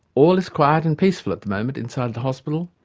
all is quiet and peaceful at the moment inside the hospital.